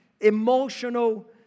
emotional